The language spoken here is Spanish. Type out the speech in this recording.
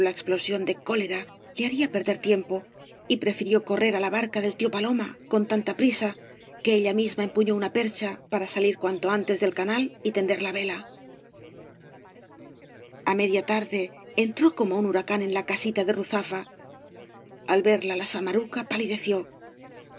la expíosión de cólera le haría perder tiempo y prefirió correr á la barca del tío paloma con tanta prisa que ella misma empuñó una percha para salir uanto antes del canal y tender la vela a media tarde entró como un huracán en la casita de ruzafa al verla la samaruca palideció